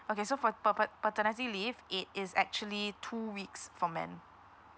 okay so for papa~ paternity leave it is actually two weeks for men